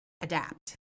adapt